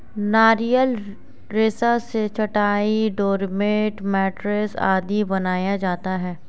नारियल रेशा से चटाई, डोरमेट, मैटरेस आदि बनाया जाता है